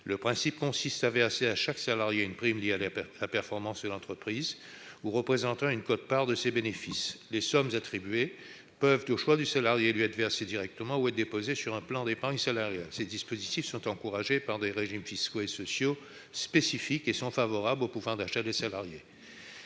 Le principe consiste à verser à chaque salarié une prime liée à la performance de l'entreprise ou représentant une quote-part de ses bénéfices. Les sommes attribuées peuvent, selon le choix du salarié, lui être versées directement ou être déposées sur un plan d'épargne salariale. Ces dispositifs sont encouragés par des régimes fiscaux et sociaux spécifiques et sont favorables au pouvoir d'achat des salariés.